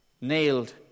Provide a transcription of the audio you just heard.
nailed